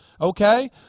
okay